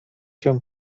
się